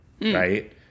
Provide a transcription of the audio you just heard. right